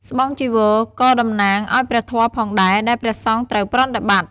ស្បង់ចីវរក៏តំណាងឲ្យព្រះធម៌ផងដែរ ដែលព្រះសង្ឃត្រូវប្រតិបត្តិ។